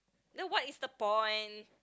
then what is the point